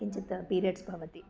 किञ्चित् पीरियड्स् भवति